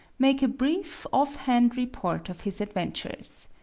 make a brief, off-hand report of his adventures.